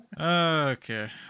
Okay